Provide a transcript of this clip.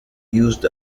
used